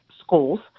schools